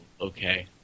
okay